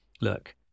look